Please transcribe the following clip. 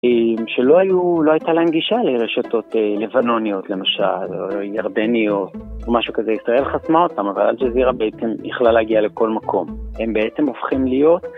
שלא הייתה להן גישה לרשתות לבנוניות, למשל, או ירדניות, או משהו כזה, ישראל חסמה אותן, אבל אלג'זירה בעצם יכלה להגיע לכל מקום, הם בעצם הופכים להיות...